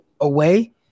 away